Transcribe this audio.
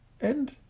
And